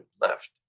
left